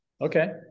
Okay